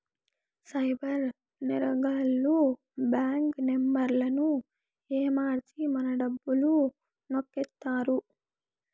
cyber నేరగాళ్లు bank నెంబర్లను ఏమర్చి మన డబ్బులు నొక్కేత్తారు